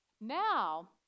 Now